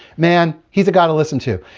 man, he's the guy to listen to.